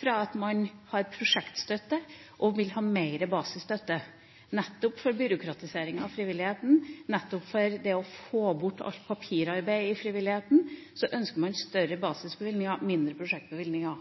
fra at man har prosjektstøtte, og at man vil ha mer basisstøtte, nettopp på grunn av byråkratiseringa av frivilligheten. Nettopp for å få bort alt papirarbeid i frivilligheten ønsker man større basisbevilgninger og mindre budsjettbevilgninger.